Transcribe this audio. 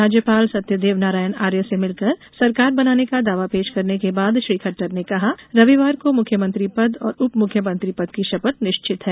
राज्यपाल सत्यदेव नारायण आर्य से मिलकर सरकार बनाने का दावा पेश करने के बाद श्री खट्टर ने कहा रविवार को मुख्यमंत्री पद और उप मुख्यमंत्री पद की शपथ निश्चित है